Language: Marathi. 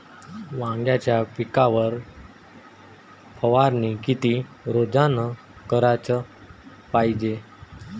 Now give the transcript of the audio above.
वांग्याच्या पिकावर फवारनी किती रोजानं कराच पायजे?